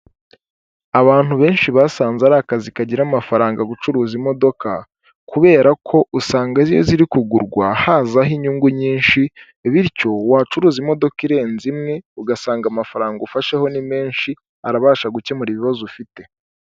Abantu benshi basanze ari akazi kagira amafaranga gucuruza imodoka, kubera ko usanga iyo ziri kugurwa hazaho inyungu nyinshi, bityo wacuruza imodoka irenze imwe, ugasanga amafaranga ufasheho ni menshi arabasha gukemura ibibazo ufite.